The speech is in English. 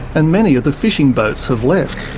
and many of the fishing boats have left.